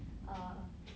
err